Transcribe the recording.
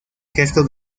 gesto